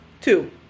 Two